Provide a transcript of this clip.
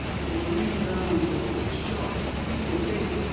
they were really down, they were really shocked. people who came,